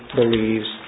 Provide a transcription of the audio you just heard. believes